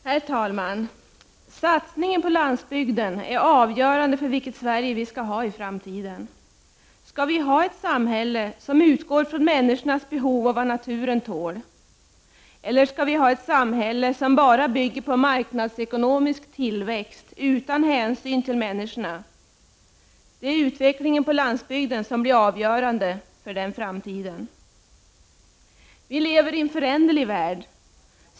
Herr talman! Satsningen på landsbygden är avgörande för vilket Sverige vi skall ha i framtiden. Skall vi ha ett samhälle som utgår från människornas behov och vad naturen tål, eller skall vi ha ett samhälle som bara bygger på marknadsekonomisk tillväxt utan hänsyn till människorna? Det är utvecklingen på landsbygden som blir avgörande för den framtiden. Vi lever i en föränderlig värld.